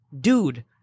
dude